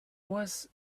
was